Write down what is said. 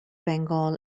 bengal